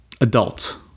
adults